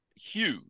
huge